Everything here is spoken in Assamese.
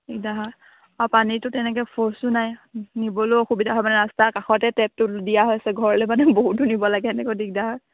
দিগদাৰ হয় আৰু পানীটো তেনেকৈ ফৰ্চটো নাই নিবলেও অসুবিধা হয় মানে ৰাস্তাৰ কাষতে টেপটো দিয়া হৈছে ঘৰলৈ মানে বহুত দূৰ নিব লাগে এনেকৈ দিগদাৰ হয়